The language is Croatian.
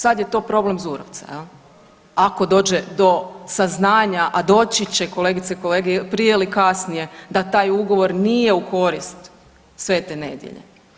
Sad je to problem Zurovca jel, ako dođe do saznanja, a doći će kolegice i kolege prije ili kasnije da taj ugovor nije u korist Sv. Nedelje.